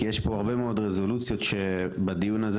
כי יש פה הרבה מאד רזולוציות בדיון הזה,